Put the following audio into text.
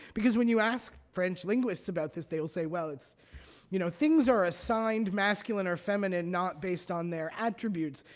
because when you ask french linguists about this, they will say, well, you know things are assigned masculine or feminine not based on their attributes,